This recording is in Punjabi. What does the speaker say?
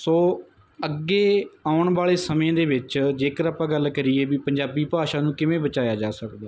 ਸੋ ਅੱਗੇ ਆਉਣ ਵਾਲੇ ਸਮੇਂ ਦੇ ਵਿੱਚ ਜੇਕਰ ਆਪਾਂ ਗੱਲ ਕਰੀਏ ਵੀ ਪੰਜਾਬੀ ਭਾਸ਼ਾ ਨੂੰ ਕਿਵੇਂ ਬਚਾਇਆ ਜਾ ਸਕਦਾ